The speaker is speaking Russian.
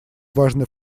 важный